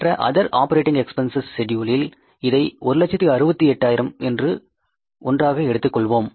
மற்ற other operating expenses செட்யூலில் இதை 168000 என்று ஒன்றாக எடுத்துக் கொண்டோம்